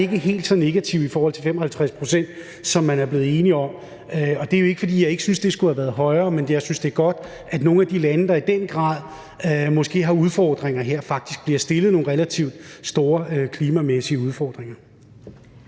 ikke helt så negativ i forhold til de 55 pct., som man er blevet enige om, og det er jo ikke, fordi jeg ikke synes, det skulle have været højere, men jeg synes, det er godt, at nogle af de lande, der i den grad måske har udfordringer her, faktisk bliver stillet nogle relativt store klimamæssige krav.